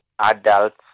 adults